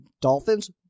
Dolphins